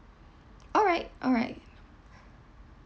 all right all right